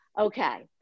okay